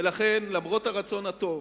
ולכן, למרות הרצון הטוב,